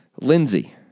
Lindsey